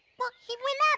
well he went up